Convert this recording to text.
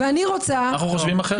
אנחנו חושבים אחרת.